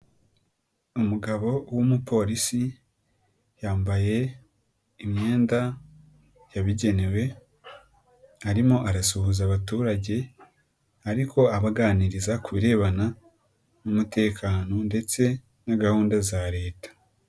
Umugabo w'umuporisi yambaye imyenda yabigenewe, arimo arasuhuza abaturage ariko abaganiriza ku birebana n'umutekano ndetse na gahunda za leta.